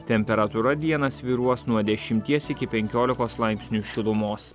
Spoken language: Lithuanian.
temperatūra dieną svyruos nuo dešimties iki penkiolikos laipsnių šilumos